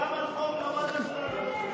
גם על חוק רמת-הגולן אמרו את זה ב-1981.